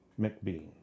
McBean